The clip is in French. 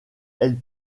elle